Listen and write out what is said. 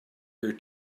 her